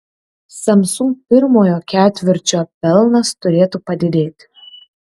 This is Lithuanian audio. samsung pirmojo ketvirčio pelnas turėtų padidėti